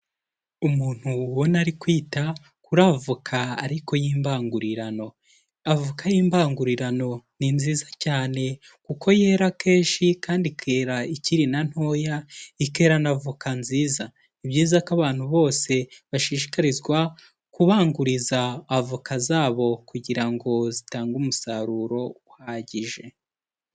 Umuntu ubona ari kwita kuri avoka ariko y'imbangurirano. Avoka y'imbangurirano ni nziza cyane kuko yera kenshi kandi ikera ikiri na ntoya, ikera na avoka nziza, ni byiza ko abantu bose bashishikarizwa kubanguriza avoka zabo kugira ngo zitange umusaruro uhagije.